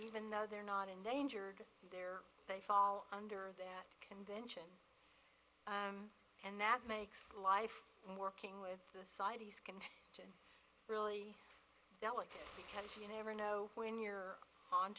even though they're not endangered there they fall under that convention and that makes life working with the societies can really delicate because you never know when you're on